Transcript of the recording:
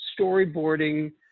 storyboarding